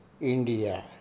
India